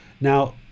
Now